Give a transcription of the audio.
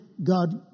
God